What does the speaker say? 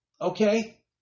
Okay